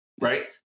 Right